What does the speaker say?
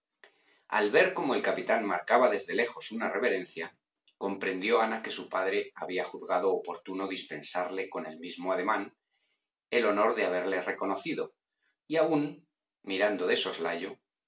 al ver cómo el capitán marcaba desde lejos una reverencia comprendió ana que su padre había juzgado oportuno dispensarle con el mismo ademán el honor de haberle reconocido y aun mirando de soslayo